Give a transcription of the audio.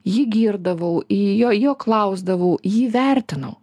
jį girdavau į jo jo klausdavau jį vertinau